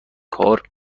کار